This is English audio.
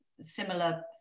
similar